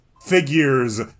figures